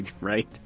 Right